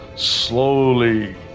Slowly